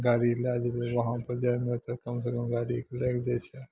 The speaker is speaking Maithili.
गाड़ी लए जेबै वहाँ पर जाइमे तऽ कमसँ कम गाड़ीके लागि जाइ छै